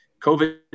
COVID